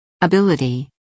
Ability